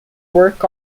work